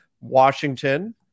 Washington